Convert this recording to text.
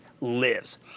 lives